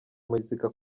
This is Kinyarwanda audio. muzika